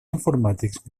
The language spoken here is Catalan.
informàtics